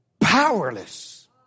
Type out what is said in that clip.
powerless